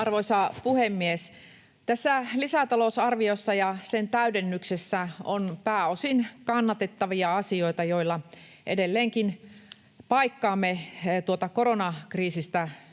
Arvoisa puhemies! Tässä lisätalousarviossa ja sen täydennyksessä on pääosin kannatettavia asioita, joilla edelleenkin paikkaamme koronakriisistä